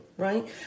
right